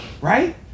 Right